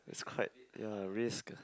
it's quite ya risk